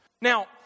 Now